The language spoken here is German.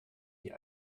die